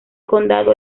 condado